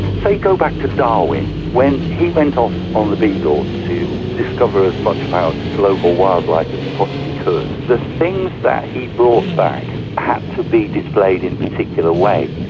say go back to darwin. when he went off on the beagle to discover as much about global wildlife as he possibly could, the things that he brought back had to be displayed in particular ways.